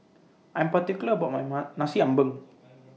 I'm particular about My Ma Nasi Ambeng